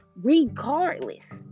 regardless